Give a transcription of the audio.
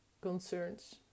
concerns